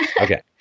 okay